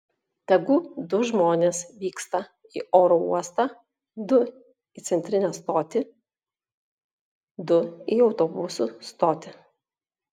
tegu du žmonės vyksta į oro uostą du į centrinę stotį du į autobusų stotį